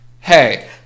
Hey